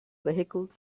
vehicles